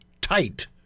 tight